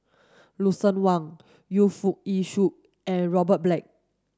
Lucien Wang Yu Foo Yee Shoon and Robert Black